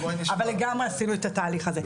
אבל גם עשינו את התהליך הזה.